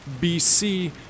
bc